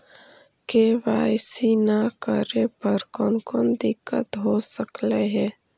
KYC न करे पर कौन कौन दिक्कत हो सकले हे?